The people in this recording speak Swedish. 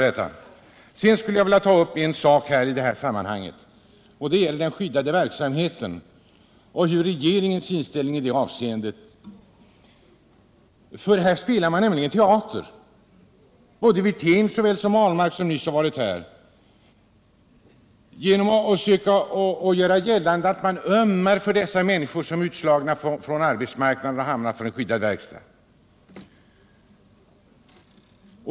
Jag skulle i detta sammanhang vilja ta upp den skyddade verksamheten och regeringens inställning till den. Här spelar man nämligen teater — såväl Rolf Wirtén som Per Ahlmark, som nyss var här. Man försöker göra gällande att man ömmar för de människor som är utslagna från arbetsmarknaden och har hamnat på en skyddad verkstad.